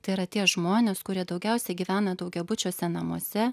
tai yra tie žmonės kurie daugiausiai gyvena daugiabučiuose namuose